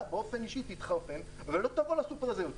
באופן אישי תתחרפן ולא תבוא לסופר הזה יותר.